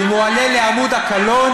הוא מועלה לעמוד הקלון